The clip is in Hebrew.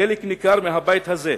חלק ניכר מהבית הזה,